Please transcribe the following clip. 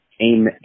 Aim